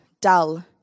dull